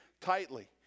tightly